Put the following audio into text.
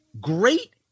Great